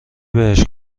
بهش